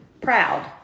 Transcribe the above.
proud